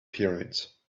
pyramids